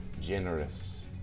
generous